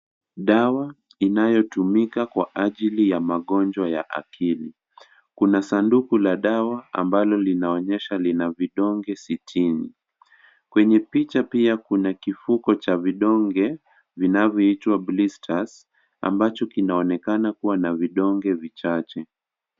Dawa inayotumika kwa ajili ya Magonjwa ya akili. Kuna sanduku la dawa ambalo linaonyesha lina vidonge sitini. Kwenye picha pia Kuna kifuko Cha vidonge vinavyoitwa Blisters ambacho linaonekana kuwa na vidoge vichaka.